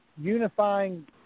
unifying